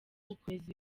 gukomeza